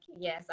yes